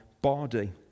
body